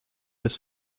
des